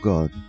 God